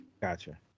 gotcha